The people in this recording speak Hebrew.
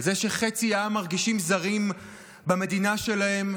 על זה שחצי עם מרגישים זרים במדינה שלהם?